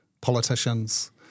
politicians